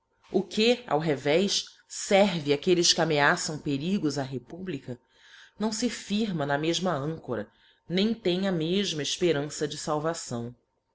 que ao revés ferve aquelles que ameaçam perigos á republica não fe firma na mefma ancora nem tem a mefma efperança de falvacão